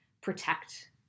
protect